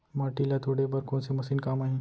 माटी ल तोड़े बर कोन से मशीन काम आही?